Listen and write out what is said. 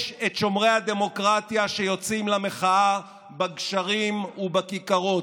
יש את שומרי הדמוקרטיה שיוצאים למחאה בגשרים ובכיכרות,